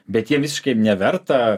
bet jiem visiškai neverta